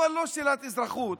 אבל לא שלילת אזרחות,